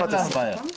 אין לנו בעיה.